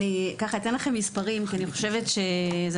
אני אתן לכם מספרים כי אני חושבת שזה